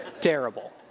terrible